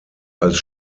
als